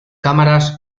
cámaras